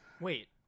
Wait